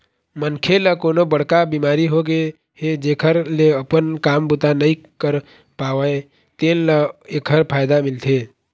मनखे ल कोनो बड़का बिमारी होगे हे जेखर ले अपन काम बूता नइ कर पावय तेन ल एखर फायदा मिलथे